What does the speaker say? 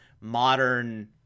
modern